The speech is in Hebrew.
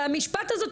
אבל המשפט הזה,